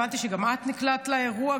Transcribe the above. הבנתי שגם את נקלעת לאירוע,